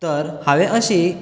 तर हांवें अशी